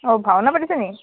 অ ভাওনা পাতিছে নেকি